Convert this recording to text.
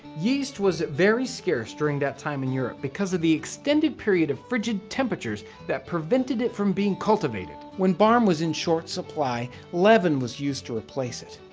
yeast was very scarce during that time in europe because of the extended period of frigid temperatures that prevented it from being cultivated. when barm was in short supply, leaven was used to replace it,